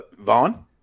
Vaughn